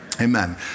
Amen